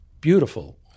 beautiful